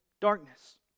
darkness